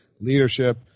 leadership